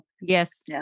Yes